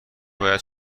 باید